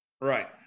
Right